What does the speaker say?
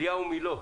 אליהו מילוא.